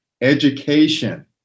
education